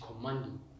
commanding